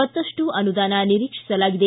ಮತ್ತಪ್ಪು ಅನುದಾನ ನಿರೀಕ್ಷಿಸಲಾಗಿದೆ